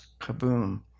kaboom